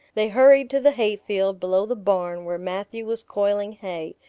they hurried to the hayfield below the barn where matthew was coiling hay,